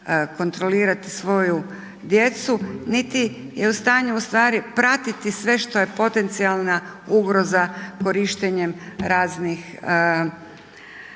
kontrolirati svoju djecu niti je u stanju u stvari pratiti sve što je potencijalna ugroza korištenjem raznih